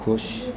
ਖੁਸ਼